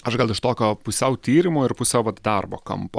aš gal iš tokio pusiau tyrimo ir pusiau vat darbo kampo